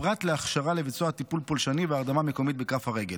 פרט להכשרה לביצוע טיפול פולשני והרדמה מקומית בכף הרגל.